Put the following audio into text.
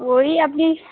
ওই আপনি